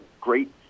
great